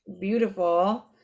beautiful